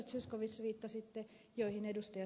zyskowicz viittasitte ja joihin ed